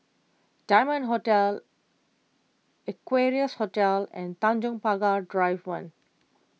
Diamond Hotel Equarius Hotel and Tanjong Pagar Drive one